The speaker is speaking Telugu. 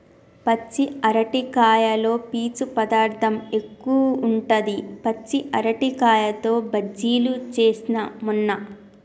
పచ్చి అరటికాయలో పీచు పదార్ధం ఎక్కువుంటది, పచ్చి అరటికాయతో బజ్జిలు చేస్న మొన్న